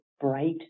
bright